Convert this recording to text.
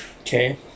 okay